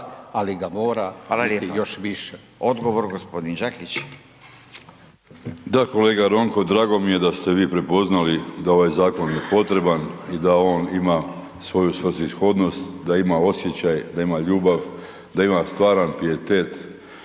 gospodin Đakić. **Đakić, Josip (HDZ)** Da, kolega Ronko drago mi je da ste vi prepoznali da ovaj zakon je potreban i da on ima svoju svrsishodnost, da ima osjećaj, da ima ljubav, da ima stvaran pijetet